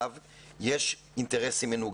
הסייעת ומנתחת ההתנהגות שמובילים את התכנית